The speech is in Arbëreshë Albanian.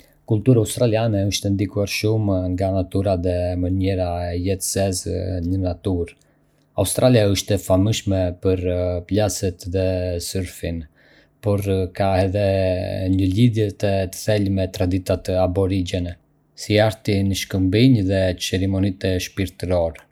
Kultura australiane është e ndikuar shumë nga natyra dhe mënyra e jetesës në natyrë. Australia është e famshme për plazhet dhe sërfin, por ka edhe një lidhje të thellë me traditat aborigjene, si arti në shkëmbinj dhe ceremonitë shpirtërore.